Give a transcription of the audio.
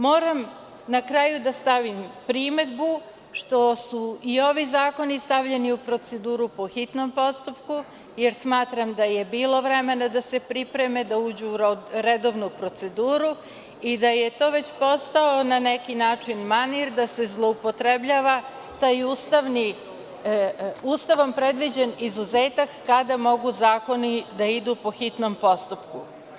Moram na kraju da stavim primedbu što su i ovi zakoni stavljeni u proceduru po hitnom postupku, jer smatram da je bilo vremena da se pripreme, da uđu u redovnu proceduru i da je to već postao, na neki način, manir da se zloupotrebljava taj Ustavom predviđen izuzetak kada mogu zakoni da idu po hitnom postupku.